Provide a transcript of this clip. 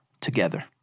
together